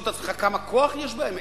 אתה צריך לשאול את עצמך: כמה כוח יש בהם?